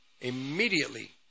immediately